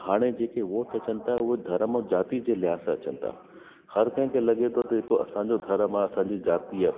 हाणे जेकी वोट अचनि था हो धर्म जाति जे लिहाज़ सां अचनि था हर कंहिंखे लगे थो जेको असांजो धर्म आहे असांजी जाति आहे